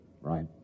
Right